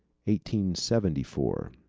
seventy four.